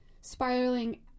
spiraling